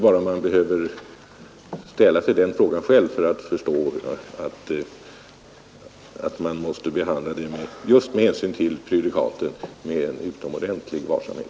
Det behövs inte mycken eftertanke för att förstå att man med hänsyn till prejudikatsverkan måste behandla frågan med utomordentlig varsamhet.